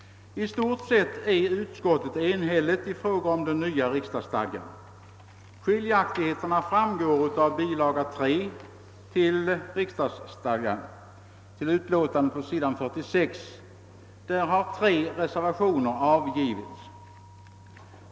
I stort sett är utskottet enigt i fråga om den nya riksdagsstadgan. Skiljaktigheterna framgår av bilaga 3 till utlåtandet på s. 46, där tre reservationer avgivits.